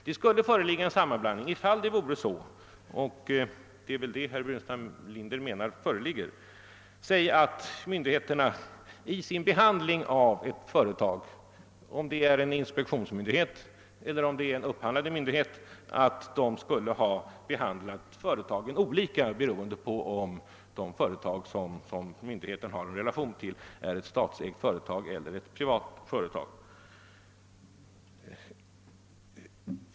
Det skulle föreligga en sammanblandning om det vore så — och det är väl det som herr Burenstam Linder menar är fallet — att en inspektionsmyndighet eller en upphandlande myndighet t.ex. skulle behandla de företag, som myndigheten har en relation till, olika med hänsyn till om det är statsägt eller privat.